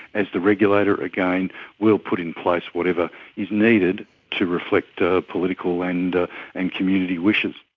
as the regulator, again, we will put in place whatever is needed to reflect ah political and ah and community wishes.